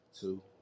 two